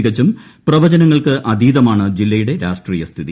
തികച്ചും പ്രവചനങ്ങൾക്ക് അതീതമാണ് ജില്ലയുടെ രാഷ്ട്രീയ സ്ഥിതി